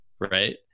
right